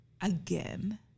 again